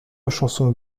chansons